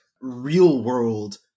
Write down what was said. real-world